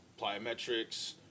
plyometrics